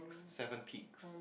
seven peaks